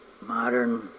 modern